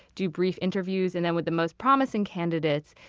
do brief interviews, and then with the most promising candidates,